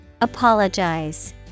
Apologize